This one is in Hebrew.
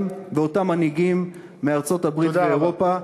ואותם מנהיגים מארצות-הברית ומאירופה,